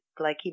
glycemic